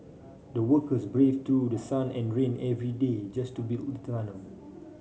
the workers braved through the sun and rain every day just to build the tunnel